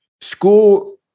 school